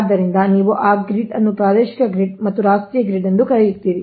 ಆದ್ದರಿಂದ ನೀವು ಆ ಗ್ರಿಡ್ ಅನ್ನು ಪ್ರಾದೇಶಿಕ ಗ್ರಿಡ್ ಮತ್ತು ರಾಷ್ಟ್ರೀಯ ಗ್ರಿಡ್ ಎಂದು ಕರೆಯುತ್ತೀರಿ